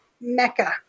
mecca